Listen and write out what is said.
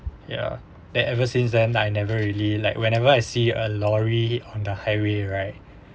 ya then ever since then I never really like whenever I see a lorry on the highway right